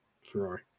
Ferrari